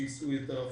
כדי שייסעו יותר רחוק.